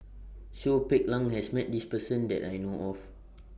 Charles Paglar has Met This Person that I know of